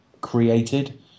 created